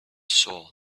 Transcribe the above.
saw